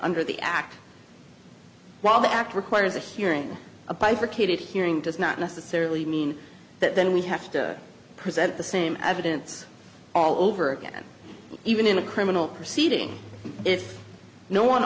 under the act while the act requires a hearing a bifurcated hearing does not necessarily mean that then we have to present the same evidence all over again even in a criminal proceeding if no one